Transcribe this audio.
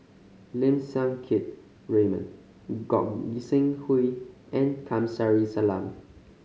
Lim Siang Keat Raymond Gog Sing Hooi and Kamsari Salam